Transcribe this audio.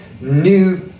new